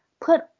put